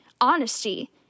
honesty